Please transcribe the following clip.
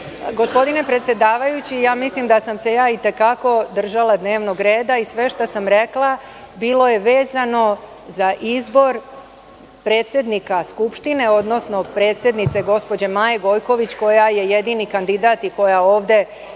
Gospodine predsedavajući, ja mislim da sam se ja i te kako držala dnevnog reda i sve što smo rekla bilo je vezano za izbor predsednika Skupštine, odnosno predsednice Maje Gojković koja je jedini kandidat i koja ovde